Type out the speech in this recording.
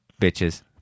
Bitches